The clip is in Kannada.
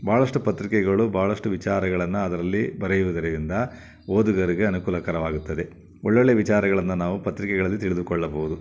ಭಾಳಷ್ಟು ಪತ್ರಿಕೆಗಳು ಭಾಳಷ್ಟು ವಿಚಾರಗಳನ್ನು ಅದರಲ್ಲಿ ಬರೆಯುವುದರಿಂದ ಓದುಗರಿಗೆ ಅನುಕೂಲಕರವಾಗುತ್ತದೆ ಒಳ್ಳೊಳ್ಳೆಯ ವಿಚಾರಗಳನ್ನು ನಾವು ಪತ್ರಿಕೆಗಳಲ್ಲಿ ತಿಳಿದುಕೊಳ್ಳಬೌದು